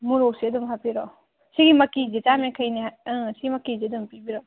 ꯃꯣꯔꯣꯛꯁꯦ ꯑꯗꯨꯝ ꯍꯥꯞꯄꯤꯔꯛꯑꯣ ꯁꯤꯒꯤ ꯃꯛꯀꯤꯁꯦ ꯆꯥꯝ ꯌꯥꯡꯈꯩꯅꯤ ꯁꯤ ꯃꯛꯀꯤꯁꯦ ꯑꯗꯨꯝ ꯄꯤꯕꯤꯔꯛꯑꯣ